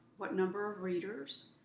what number of readers?